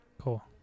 Cool